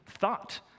thought